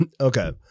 Okay